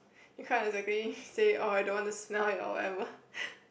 you can't exactly say oh I don't want to smell it or whatever